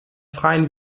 freien